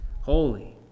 holy